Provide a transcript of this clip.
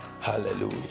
Hallelujah